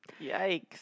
Yikes